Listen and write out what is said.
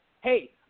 hey